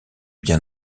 bien